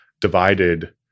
divided